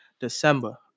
December